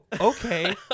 okay